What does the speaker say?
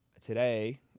today